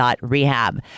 Rehab